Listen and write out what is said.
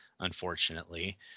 unfortunately